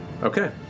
Okay